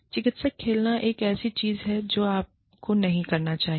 चिकित्सक खेलना एक और चीज है जो आपको नहीं करना चाहिए